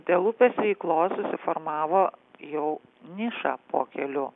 dėl upės veiklos susiformavo jau niša po keliu